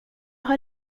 har